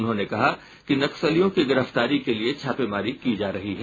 उन्होंने कहा कि नक्सलियों की गिरफ्तारी के लिये छापेमारी की जा रही है